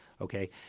Okay